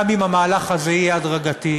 גם אם המהלך הזה יהיה הדרגתי,